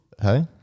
Hey